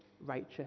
righteous